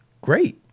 Great